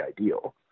ideal